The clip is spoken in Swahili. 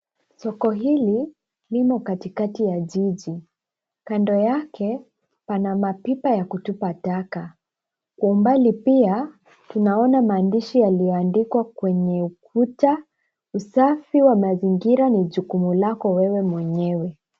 Soko hili, limo katikati ya jiji. Kando yake, pana mapipa ya kutupa taka. Kwa umbali pia, tunaona maandishi yaliyoandikwa kwenye ukuta. Usafi wa mazingira ni jukumu lako wewe mwenyewe.